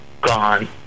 gone